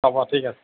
হ'ব ঠিক আছে